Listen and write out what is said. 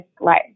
life